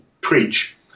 preach